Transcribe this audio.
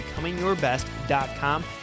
becomingyourbest.com